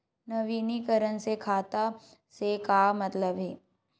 नवीनीकरण से खाता से का मतलब हे?